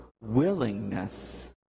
willingness